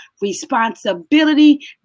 responsibility